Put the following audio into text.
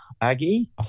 Aggie